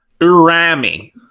Urami